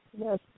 Yes